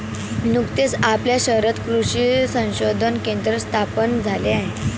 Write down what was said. नुकतेच आपल्या शहरात कृषी संशोधन केंद्र स्थापन झाले आहे